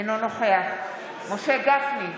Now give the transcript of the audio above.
אינו נוכח משה גפני,